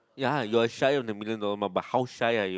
ya you're shy on the million dollar but how shy are you